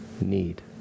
need